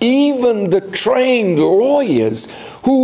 even the trained lawyers who